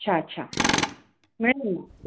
अच्छा अच्छा मिळेल ना